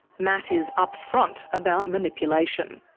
matt is upfront about manipulation.